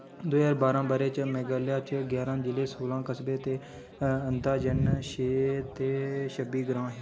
दो ज्हार बारां ब'रे च मेघालय च ग्यारां जिले सोलां कस्बे ते अंदाजन छे ते छब्बी ग्रांऽ हे